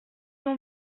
ont